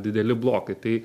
dideli blokai tai